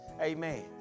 Amen